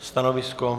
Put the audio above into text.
Stanovisko?